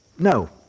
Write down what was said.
No